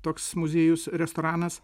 toks muziejus restoranas